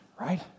right